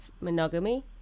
monogamy